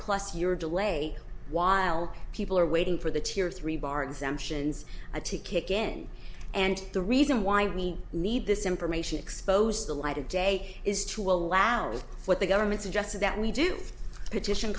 plus year delay while people are waiting for the tear three bar exemptions to kick in and the reason why we need this information exposed to the light of day is to allow what the government suggested that we do petition